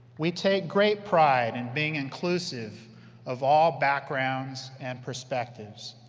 we take great pride in being inclusive of all backgrounds and perspectives,